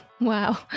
Wow